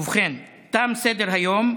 ובכן, תם סדר-היום.